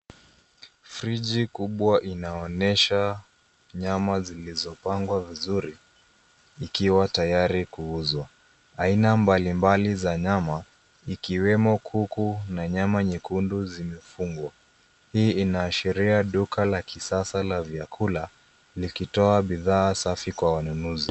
Fridge kubwa inaonesha nyama zilizopangwa vizuri ikiwa tayari kuuza. Aina mbalimbali za nyama, ikiwemo kuku na nyama nyekundu zimefungwa. Hii inaashiria duka la kisasa la vyakula likitoa bidhaa safi kwa wanunuzi.